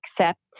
accept